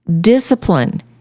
Discipline